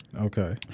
Okay